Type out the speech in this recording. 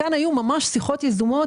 כאן היו ממש שיחות יזומות.